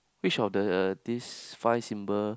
which of the this five symbol